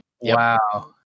Wow